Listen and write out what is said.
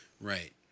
Right